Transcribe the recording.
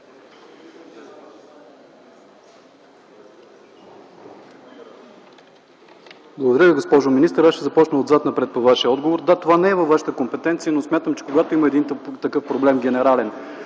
Благодаря Ви, госпожо министър. Аз ще започна отзад-напред по Вашия отговор. Да, това не е във Вашите компетенции. Но смятам, че когато има такъв генерален